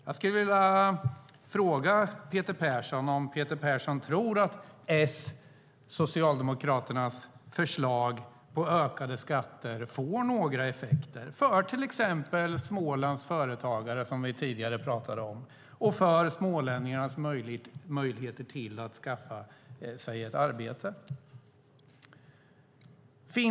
Jag skulle vilja fråga Peter Persson om han tror att Socialdemokraternas förslag på ökade skatter får några effekter för till exempel Smålands företagare som vi tidigare pratade om och för smålänningarnas möjligheter att skaffa sig ett arbete.